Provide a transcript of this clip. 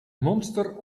monster